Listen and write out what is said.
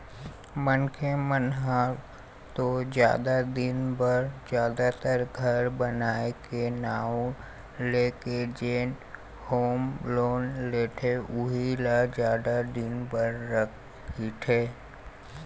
मनखे मन ह तो जादा दिन बर जादातर घर बनाए के नांव लेके जेन होम लोन लेथे उही ह जादा दिन बर रहिथे